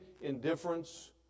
indifference